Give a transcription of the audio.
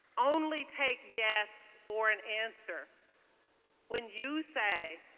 only take yes for an answer when you say